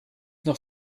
noch